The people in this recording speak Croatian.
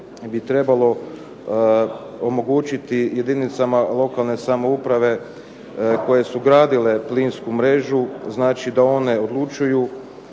bi trebalo omogućiti jedinicama lokalne samouprave koje su gradile plinsku mrežu da one odlučuju